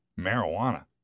marijuana